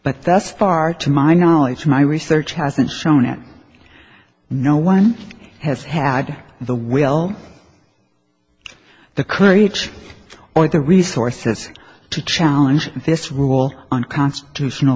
but thus far to my knowledge my research hasn't shown it no one has had the will the courage or the resources to challenge this rule on constitutional